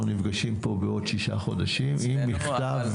אנחנו נפגשים פה עוד שישה חודשים עם מכתב